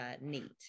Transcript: NEAT